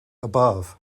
above